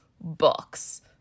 books